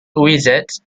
wizards